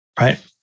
right